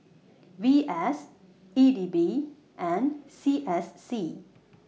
V S E D B and C S C